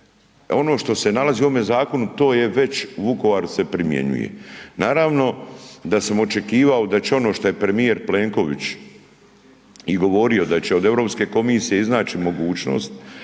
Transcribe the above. ono što se nalazi u ovome zakonu to se već u Vukovaru primjenjuje. Naravno da sam očekivao da će ono što je premijer Plenković i govorio da će od Europske komisije iznaći mogućnost